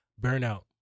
burnout